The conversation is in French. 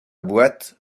boîte